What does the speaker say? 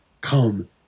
come